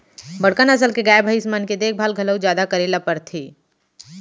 बड़का नसल के गाय, भईंस मन के देखभाल घलौ जादा करे ल परथे